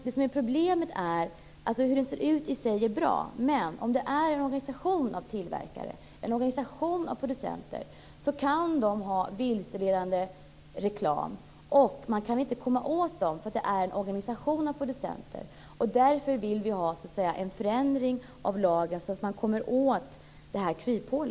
Det ser bra ut. Men om det är en organisation av producenter kan de ha vilseledande reklam. Men man kan inte komma åt dem, eftersom det är en organisation av producenter. Därför vill vi ha en förändring av lagen på ett sådant sätt att man kommer åt detta kryphål.